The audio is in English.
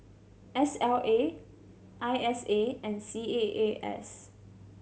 S L A I S A and C A A S